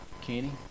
Kenny